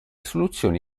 soluzioni